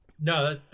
No